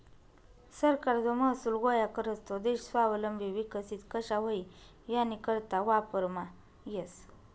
सरकार जो महसूल गोया करस तो देश स्वावलंबी विकसित कशा व्हई यानीकरता वापरमा येस